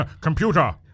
Computer